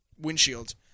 windshield